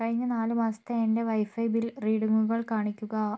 കഴിഞ്ഞ നാല് മാസത്തെ എൻ്റെ വൈഫൈ ബിൽ റീഡിംഗുകൾ കാണിക്കുക